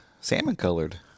salmon-colored